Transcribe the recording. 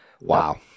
Wow